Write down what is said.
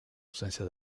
ausencia